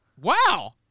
Wow